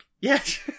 Yes